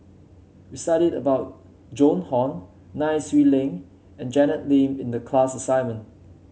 we studied about Joan Hon Nai Swee Leng and Janet Lim in the class assignment